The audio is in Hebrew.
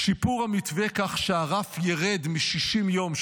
שיפור המתווה כך שהרף ירד מ-60 יום,